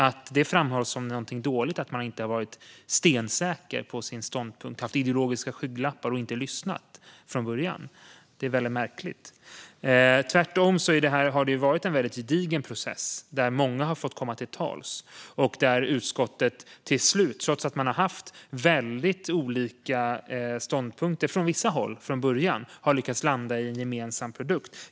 Att det framhålls som något dåligt att man inte har varit stensäker på sin ståndpunkt, haft ideologiska skygglappar och inte lyssnat från början, är märkligt. Tvärtom har det varit en gedigen process där många har fått komma till tals. Utskottet har till slut, trots olika ståndpunkter från början, lyckats landa i en gemensam produkt.